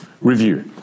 review